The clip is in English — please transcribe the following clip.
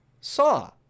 saw